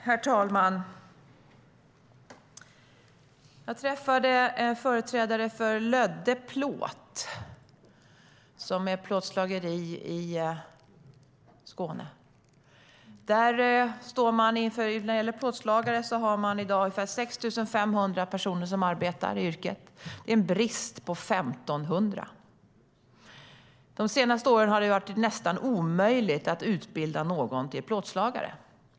Herr talman! Jag har träffat företrädare för Lödde Plåt, ett plåtslageri i Skåne. När det gäller plåtslagare arbetar ungefär 6 500 personer inom yrket i dag. Det finns en brist på 1 500. De senaste åren har det varit nästan omöjligt att utbilda någon till plåtslagare.